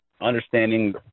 Understanding